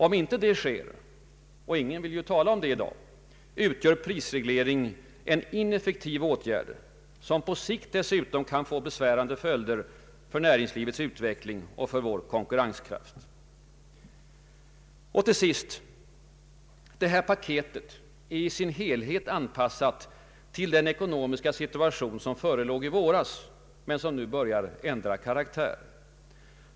Om inte detta sker — och ingen vill tala om det i dag — utgör prisreglering en ineffektiv åtgärd, som på sikt dessutom kan få besvärande följder för näringslivets utveckling och för vår konkurrenskraft. Till sist: ”paketet” är i sin helhet anpassat till den ekonomiska situation som förelåg i våras, men som nu börjar ändra karaktär.